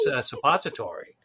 suppository